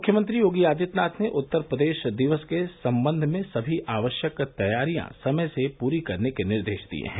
मुख्यमंत्री योगी आदित्यनाथ ने उत्तर प्रदेश दिवस के संबंध में सभी आवश्यक तैयारियां समय से पहले पूरी करने के निर्देश दिये हैं